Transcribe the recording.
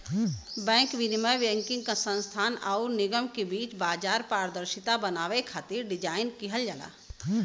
bank विनियम banking संस्थान आउर निगम के बीच बाजार पारदर्शिता बनावे खातिर डिज़ाइन किहल जाला